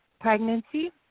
pregnancy